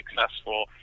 successful